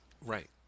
right